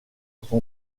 son